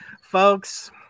Folks